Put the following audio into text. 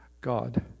God